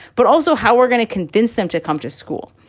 but also how we're gonna convince them to come to school.